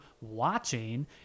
watching